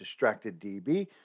DistractedDB